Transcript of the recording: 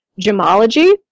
gemology